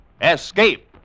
Escape